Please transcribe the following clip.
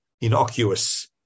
innocuous